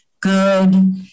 good